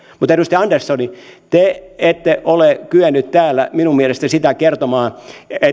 mutta edustaja andersson te ette ole kyennyt täällä minun mielestäni kertomaan